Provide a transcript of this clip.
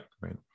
Right